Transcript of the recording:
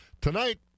Tonight